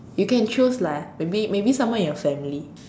you can choose lah maybe maybe someone in your family